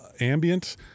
Ambient